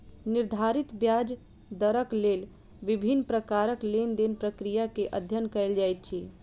निर्धारित ब्याज दरक लेल विभिन्न प्रकारक लेन देन प्रक्रिया के अध्ययन कएल जाइत अछि